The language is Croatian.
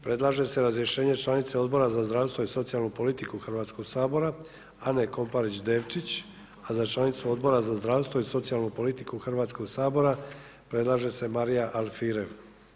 Predlaže se razrješenje članice Odbora za zdravstvo i socijalnu politiku Hrvatskog sabora Ane Komparić Devčić a za članicu Odbora za zdravstvo i socijalnu politiku Hrvatskog sabora predlaže se Marija Alfirev.